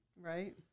Right